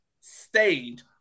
stayed